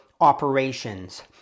operations